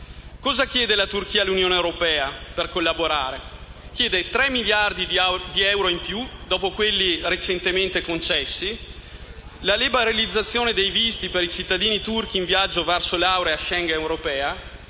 Cosa chiede la Turchia all'Unione europea per collaborare? Tre miliardi di euro in più, dopo quelli recentemente concessi; la liberalizzazione dei visti per i cittadini turchi in viaggio verso l'area Schengen europea;